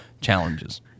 challenges